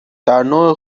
درنوع